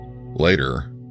Later